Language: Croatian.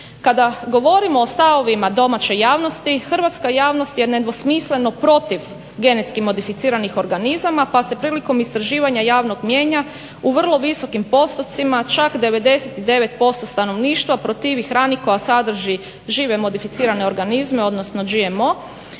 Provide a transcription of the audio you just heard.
Kada govorimo o stavovima domaće javnosti, hrvatska javnost je nedvosmisleno protiv genetskih modificiranih organizama pa se prilikom istraživanja javnog mijenja u vrlo visokim postupcima čak 99% stanovništva protivi hrani koja sadrži žive modificirane organizme odnosno GMO